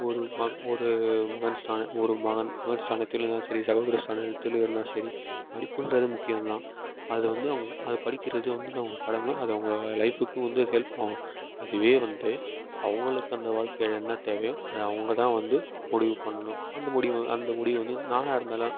ஒரு ஒரு மகன் ஸ்தானம் ஒரு மகன் மகன் ஸ்தானத்தில் இருந்தாலும் சரி சகோதர ஸ்தானத்தில் இருந்தாலும் சரி படிப்புன்றது முக்கியம் தான் அதில் வந்து அவங்க அதை படிக்கிறது வந்து நமது கடமை அதை அவங்க லைஃபுக்கும் வந்து ஹெல்ப் ஆகும் அதுவே வந்து அவங்களுக்கு அந்த வாழ்க்கையில் என்ன தேவையோ அதை அவங்கதான் வந்து முடிவு பண்ணணும் அந்த முடிவு அந்த முடிவு வந்து நானாக இருந்தாலும்